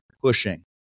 pushing